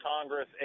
Congress